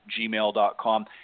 gmail.com